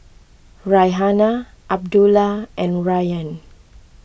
Raihana Abdullah and Rayyan